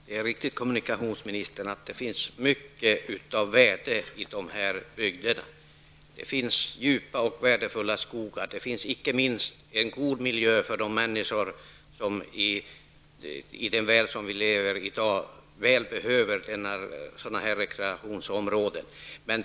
Herr talman! Det är riktigt, kommunikationsministern, att det finns mycket av värde i de här bygderna. Det finns djupa och värdefulla skogar, och inte minst finns det en god miljö. De människor som lever i den värld som vi har i dag behöver dessa rekreationsområden så väl.